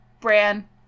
Bran